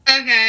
Okay